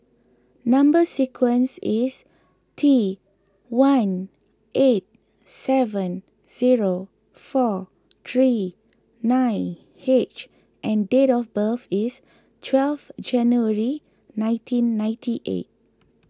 Number Sequence is T one eight seven zero four three nine H and date of birth is twelve January nineteen ninety eight